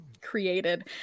created